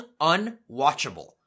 unwatchable